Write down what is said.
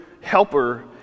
helper